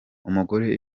umugore